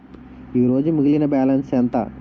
ఈరోజు మిగిలిన బ్యాలెన్స్ ఎంత?